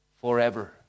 forever